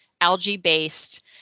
algae-based